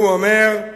הוא אומר: